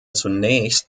zunächst